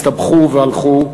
הסתבכו והלכו,